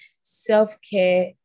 self-care